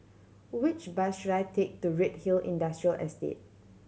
which bus should I take to Redhill Industrial Estate